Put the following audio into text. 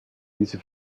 diese